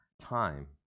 time